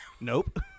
Nope